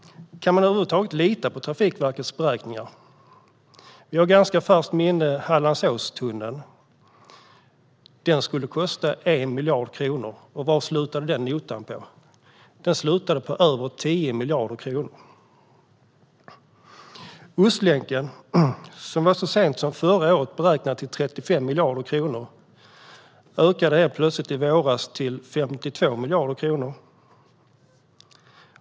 Kan man över huvud taget lita på Trafikverkets beräkningar? Vi har Hallandsåstunneln i ganska färskt minne. Den skulle kosta 1 miljard kronor, och var slutade den notan? Den slutade på över 10 miljarder kronor. Ostlänken, som så sent som förra året beräknades till 35 miljarder kronor, ökade i våras helt plötsligt till 52 miljarder kronor.